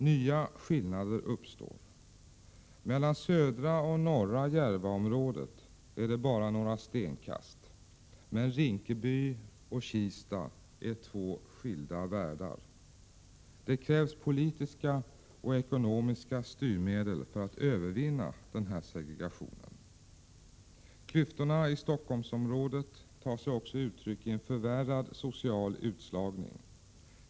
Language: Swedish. Nya skillnader uppstår. Mellan södra och norra Järvaområdet är det bara några stenkast. Men Rinkeby och Kista är två skilda världar. Det krävs politiska och ekonomiska styrmedel för att övervinna den här segregationen. Klyftorna i Storstockholmsområdet tar sig också uttryck i en förvärrad social utslagning.